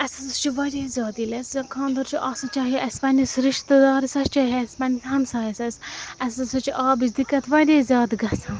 اَسہِ ہَسا چھُ واریاہ زیادٕ ییٚلہِ اَسہِ زَن خانٛدَر چھُ آسان چاہے اَسہِ پنٛنِس رِشتہٕ دارَس آسہِ چاہے اَسہِ پَنٛنِس ہَمسایَس آسہِ اَسہِ ہَسا چھِ آبٕچ دِقت واریاہ زیادٕ گَژھان